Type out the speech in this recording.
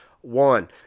one